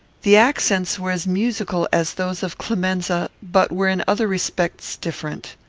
the accents were as musical as those of clemenza, but were in other respects different.